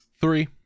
Three